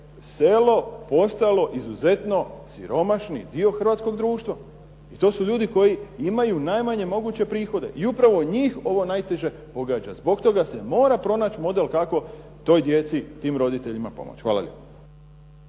selo postalo izuzetno siromašni dio hrvatskog društva i to su ljudi koji imaju najmanje moguće prihode i upravo njih ovo najteže pogađa. Zbog toga se mora pronaći model kako toj djeci, tim roditeljima pomoć. Hvala